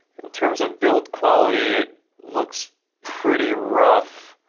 in terms of build quality, it looks pretty rough.